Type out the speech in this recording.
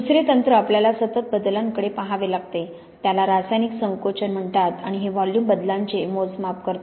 दुसरे तंत्र आपल्याला सतत बदलांकडे पहावे लागते त्याला रासायनिक संकोचन म्हणतात आणि हे व्हॉल्यूम बदलांचे मोजमाप करते